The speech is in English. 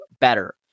better